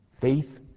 faith